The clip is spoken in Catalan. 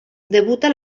debuta